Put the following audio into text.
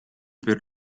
per